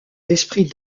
l’esprit